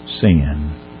sin